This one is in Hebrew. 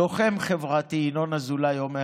לוחם חברתי, ינון אזולאי, אומר: